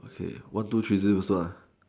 okay one two three scissors paper stone